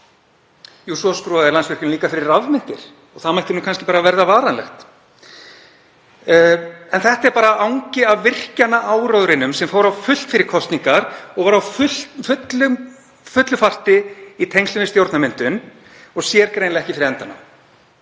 Jú, svo skrúfaði Landsvirkjun líka fyrir rafmyntir og það mætti kannski bara verða varanlegt. Þetta er aðeins angi af virkjunaráróðrinum sem fór á fullt fyrir kosningar og var á fullri fart í tengslum við stjórnarmyndun og sér greinilega ekki fyrir endann